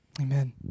Amen